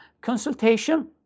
consultation